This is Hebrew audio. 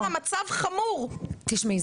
תשמעי,